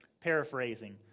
paraphrasing